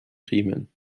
riemen